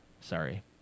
sorry